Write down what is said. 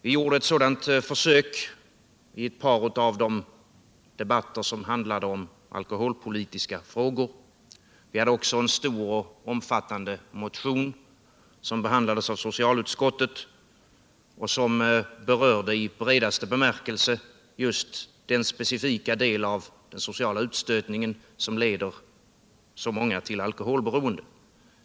Vi gjorde ett sådant försök i ett par av de debatter som handlade om alkoholpolitiska frågor. Vi hade också en omfattande motion som behandlades i socialutskottet och som berörde, i bredaste bemärkelse, just den specifika del av den sociala utstötningen som leder så många till alkoholberoende.